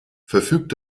verfügt